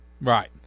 Right